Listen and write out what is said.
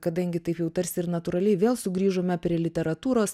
kadangi taip tarsi ir natūraliai vėl sugrįžome prie literatūros